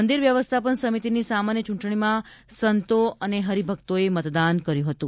મંદિર વ્યવસ્થાપન સમિતીની સામાન્ય ચૂંટણીમાં સંતો અને હરિભક્તોએ મતદાન કર્યું હતું